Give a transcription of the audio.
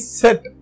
set